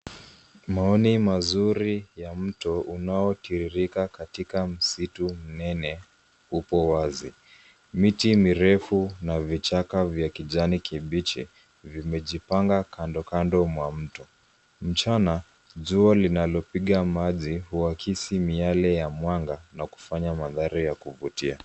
Maoni mazuri ya mto unaotiririka katika msitu mnene upo wazi. Miti mirefu na vichaka vya kijani kibichi vimejipanga kando kando ya mto. Mchana jua linalopiga maji huakisi miale ya mwanga na kufanya mandhari ya kuvutia.